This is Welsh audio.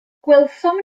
gwelsom